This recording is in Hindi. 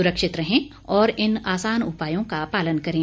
सुरक्षित रहें और इन आसान उपायों का पालन करें